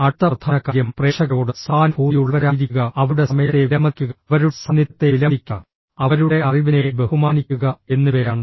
അടുത്ത പ്രധാന കാര്യം പ്രേക്ഷകരോട് സഹാനുഭൂതിയുള്ളവരായിരിക്കുക അവരുടെ സമയത്തെ വിലമതിക്കുക അവരുടെ സാന്നിധ്യത്തെ വിലമതിക്കുക അവരുടെ അറിവിനെ ബഹുമാനിക്കുക എന്നിവയാണ്